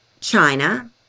China